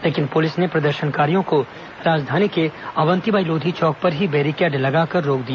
लेकिन पुलिस ने प्रदर्शनकारियों को राजधानी के अवंति बाई लोधी चौक पर ही बैरीकेड लगाकर रोक दिया